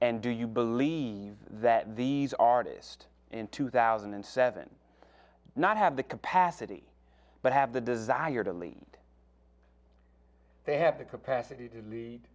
and do you believe that these artist in two thousand and seven not have the capacity but have the desire to lead they have the capacity to lead